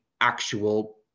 actual